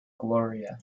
gloria